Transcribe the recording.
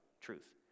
truth